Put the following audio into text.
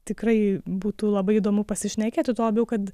tikrai būtų labai įdomu pasišnekėti tuo labiau kad